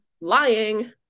lying